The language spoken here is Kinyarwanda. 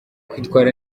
kwitwara